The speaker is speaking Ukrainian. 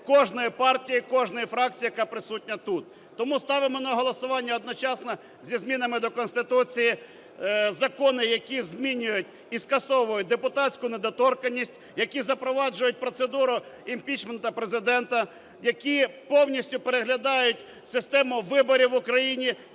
кожної партії, кожної фракції, яка присутня тут. Тому ставимо на голосування одночасно зі змінами до Конституції закони, які змінюють і скасовують депутатську недоторканність, які запроваджують процедуру імпічменту Президента, які повністю переглядають систему виборів в Україні.